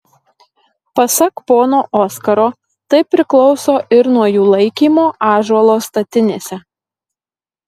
pasak pono oskaro tai priklauso ir nuo jų laikymo ąžuolo statinėse